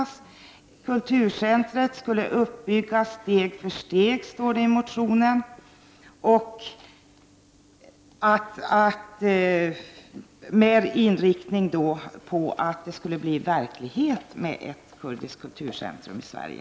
Det står i vår motion att kulturcentret skulle uppbyggas steg för steg med inriktning på att göra verklighet av ett kurdiskt kulturcentrum i Sverige.